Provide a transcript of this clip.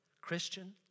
Christian